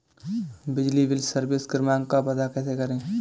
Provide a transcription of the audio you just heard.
बिजली bill service क्रमांक का पता कैसे करें?